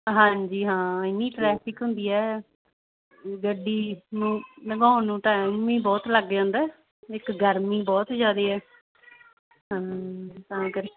ਹਾਂਜੀ ਹਾਂ ਇੰਨੀ ਟਰੈਫਿਕ ਹੁੰਦੀ ਹੈ ਗੱਡੀ ਨੂੰ ਲੰਘਾਉਣ ਨੂੰ ਟਾਈਮ ਵੀ ਬਹੁਤ ਲੱਗ ਜਾਂਦਾ ਇੱਕ ਗਰਮੀ ਬਹੁਤ ਜ਼ਿਆਦਾ ਹੈ ਹਾਂ ਤਾਂ ਕਰਕੇ